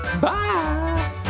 Bye